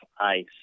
ice